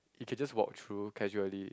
you can just walk through causally